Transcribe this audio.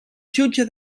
jutge